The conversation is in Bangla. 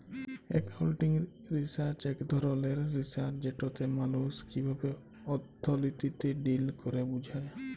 একাউলটিং রিসার্চ ইক ধরলের রিসার্চ যেটতে মালুস কিভাবে অথ্থলিতিতে ডিল ক্যরে বুঝা